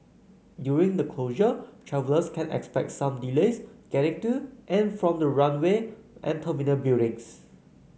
during the closure travellers can expect some delays getting to and from the runway and terminal buildings